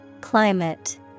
Climate